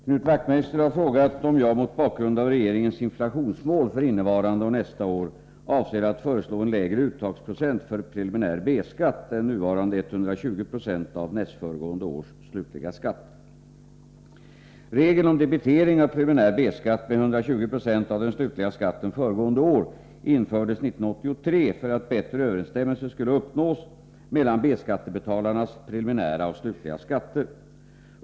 Herr talman! Knut Wachtmeister har frågat om jag, mot bakgrund av regeringens inflationsmål för innevarande och nästa år, avser att föreslå en lägre uttagsprocent för preliminär B-skatt än nuvarande 120 96 av nästföregående års slutliga skatt. Regeln om debitering av preliminär B-skatt med 120 90 av den slutliga skatten föregående år infördes 1983 för att bättre överensstämmelse skulle uppnås mellan B-skattebetalarnas preliminära och slutliga skatter.